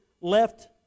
left